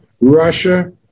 Russia